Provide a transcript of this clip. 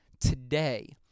today